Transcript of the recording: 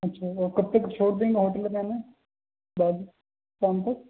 اچھا اور کب تک چھوڑ دیں گے ہوٹل میں بعد میں شام تک